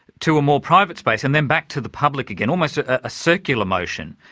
to a more private space, and then back to the public again, almost a circular motion.